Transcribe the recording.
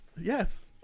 Yes